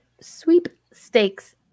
sweepstakes